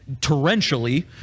torrentially